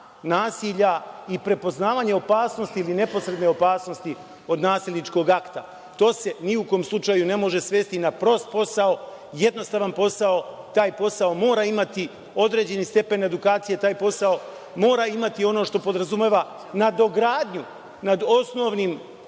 nasilja i prepoznavanje opasnosti ili neposredne opasnosti od nasilničkog akta. To se ni u kom slučaju ne može svesti na prost posao, jednostavan posao. Taj posao mora imati određeni stepen edukacije. Taj posao mora imati ono što podrazumeva nadogradnju nad osnovnim